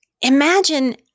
Imagine